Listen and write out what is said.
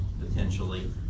potentially